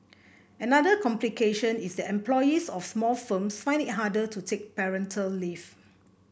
another complication is that employees of small firms find it harder to take parental leave